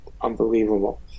unbelievable